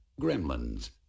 Gremlins